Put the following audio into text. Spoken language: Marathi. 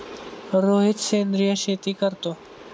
रोहित सेंद्रिय शेती करतो